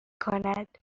کند